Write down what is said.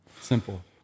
Simple